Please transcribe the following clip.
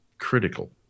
critical